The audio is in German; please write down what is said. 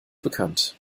bekannt